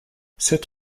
sept